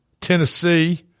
Tennessee